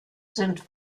sind